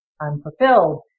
unfulfilled